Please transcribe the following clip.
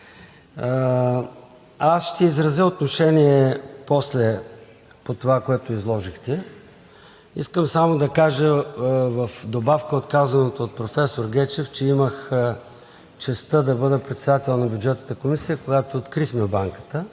Аз ще изразя отношение после по това, което изложихте. Искам само да кажа в добавка на казаното от професор Гечев, че имах честта да бъда председател на Бюджетната комисия, когато открихме банката,